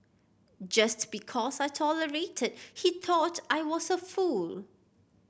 just because I tolerated he thought I was a fool